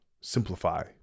simplify